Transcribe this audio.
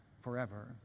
forever